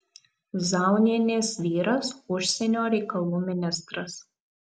zaunienės vyras užsienio reikalų ministras